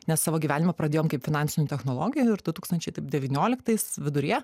nes savo gyvenimą pradėjom kaip finansinių technologijų ir du tūkstančiai devynioliktais viduryje